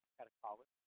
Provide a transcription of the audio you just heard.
at a college,